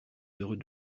heureux